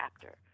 chapter